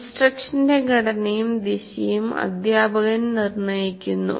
ഇൻസ്ട്രക്ഷന്റെ ഘടനയും ദിശയും അധ്യാപകൻ നിർണ്ണയിക്കുന്നു